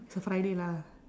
it's a friday lah